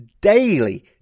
daily